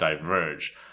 diverge